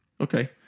okay